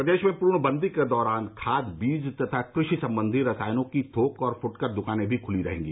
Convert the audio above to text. प्रदेश में पूर्णबंदी के दौरान खाद बीज तथा कृषि संबंधी रसायनों की थोक और फुटकर दुकानें भी खुली रहेंगी